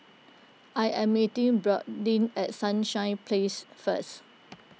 I am meeting Bradyn at Sunshine Place first